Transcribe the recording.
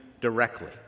directly